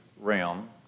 realm